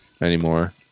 anymore